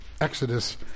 Exodus